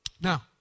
Now